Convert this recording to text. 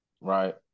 right